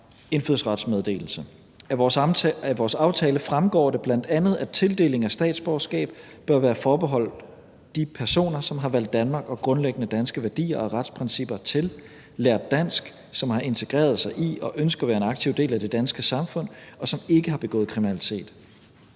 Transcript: indfødsrets meddelelse. Af vores aftale fremgår det bl.a., at tildelingen af statsborgerskab bør være forbeholdt de personer, som har valgt Danmark og grundlæggende danske værdier og retsprincipper til, lært dansk, som har integreret sig i og ønsker at være en aktiv del af det danske samfund, og som ikke har begået kriminalitet.